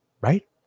Right